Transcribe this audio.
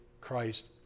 Christ